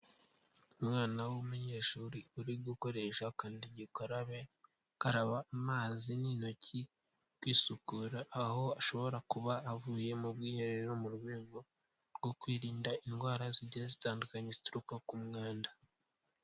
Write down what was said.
Umwana w'umunyeshuri uri gukoresha kandagira ukarabe, akaraba amazi n'intoki kwisukura aho ashobora kuba avuye mu bwiherero mu rwego rwo kwirinda indwara zigiye zitandukanye zituruka ku mwanda.